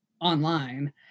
online